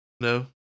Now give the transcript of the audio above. No